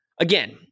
Again